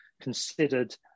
considered